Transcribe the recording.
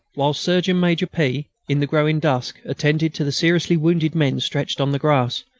whilst surgeon-major p, in the growing dusk, attended to the seriously wounded men stretched on the grass,